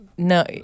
No